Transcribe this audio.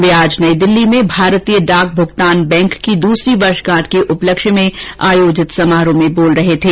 वे आज नई दिल्ली में भारतीय डाक भुगतान बैंक की दूसरी वर्षगांठ के उपलक्ष्य में आयोजित समारोह में बोल रहे थे